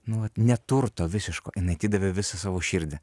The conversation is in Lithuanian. nu vat neturto visiško jinai atidavė visą savo širdį